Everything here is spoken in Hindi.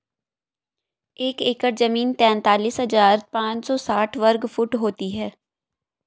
एक एकड़ जमीन तैंतालीस हजार पांच सौ साठ वर्ग फुट होती है